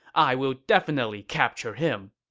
i will definitely capture him!